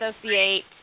associate